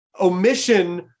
omission